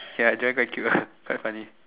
ya joy quite cute ah quite funny